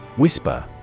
Whisper